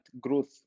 growth